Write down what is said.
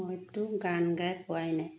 মইতো গান গাই পোৱাই নাই